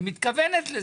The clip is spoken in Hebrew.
היא מתכוונת לזה.